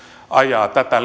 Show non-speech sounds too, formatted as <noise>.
ajaa tätä <unintelligible>